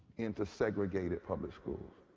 into segregated public schools.